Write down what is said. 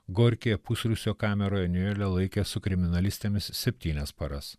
gorkyje pusrūsio kameroje nijolę laikė su kriminalistėmis septynias paras